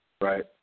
Right